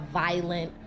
violent